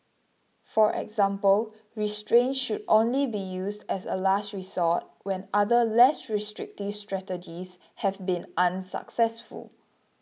for example restraints should only be used as a last resort when other less restrictive strategies have been unsuccessful